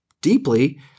deeply